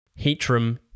Heatrum